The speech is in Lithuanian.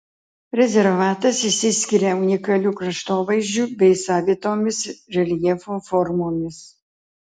rezervatas išsiskiria unikaliu kraštovaizdžiu bei savitomis reljefo formomis